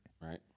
right